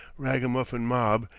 ragamuffin mob,